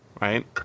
right